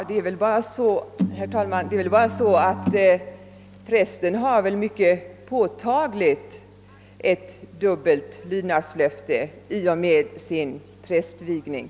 Herr talman! Skillnaden är den att prästen på ett mycket mera påtagligt sätt har ett dubbelt lydnadslöfte i och med sin prästvigning.